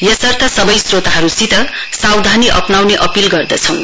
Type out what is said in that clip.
यसर्थ सबै स्रोतावर्गसित सावधानी अपनाउने अपील गर्दछौं